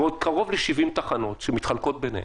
ועוד קרוב ל-70 תחנות שמתחלקות ביניהן,